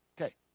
Okay